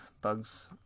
Bugs